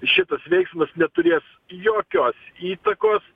šitas veiksmas neturės jokios įtakos